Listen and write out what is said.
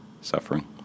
suffering